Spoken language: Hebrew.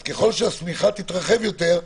אז ככל שהשמיכה תתרחב יותר,